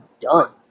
done